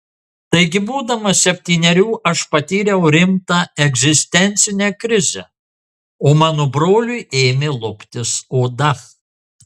taigi būdamas septynerių aš patyriau rimtą egzistencinę krizę o mano broliui ėmė luptis oda